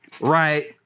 right